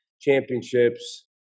championships